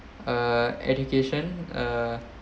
uh education uh